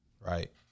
Right